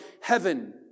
heaven